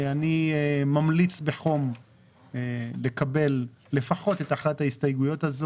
אני ממליץ בחום לקבל לפחות את אחת ההסתייגויות,